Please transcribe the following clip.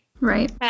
Right